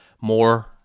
more